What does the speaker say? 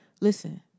Listen